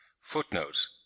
Footnote